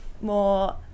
more